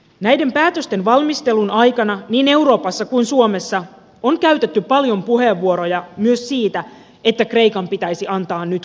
näiden päätösten valmistelun aikana niin euroopassa kuin suomessa on käytetty paljon puheenvuoroja myös siitä että kreikan pitäisi antaa nyt kaatua